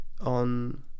on